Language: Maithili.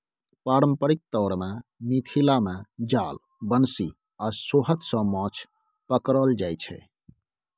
पारंपरिक तौर मे मिथिला मे जाल, बंशी आ सोहथ सँ माछ पकरल जाइ छै